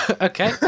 okay